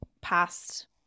past